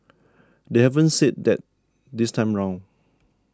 they haven't said that this time round